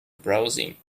browsing